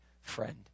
friend